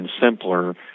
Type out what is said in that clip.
simpler